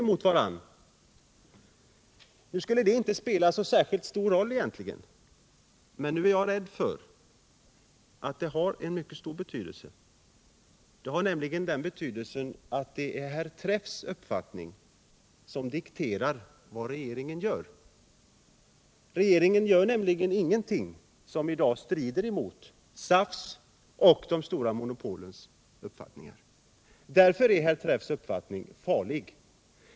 Egentligen skulle det inte spela så särskilt stor roll. Men nu är jag rädd för att det har en mycket stor betydelse: Det är nämligen herr Träffs uppfattning som dikterar vad regeringen gör. Regeringen gör ingenting som i dag strider mot SAF:s och de stora monopolens uppfattningar. Därför är herr Träffs inställning farlig.